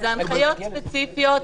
אלה הנחיות ספציפיות.